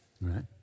right